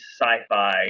sci-fi